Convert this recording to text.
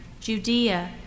Judea